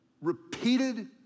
repeated